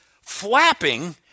flapping